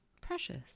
Precious